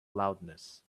loudness